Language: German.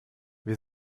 wir